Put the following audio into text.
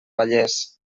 vallès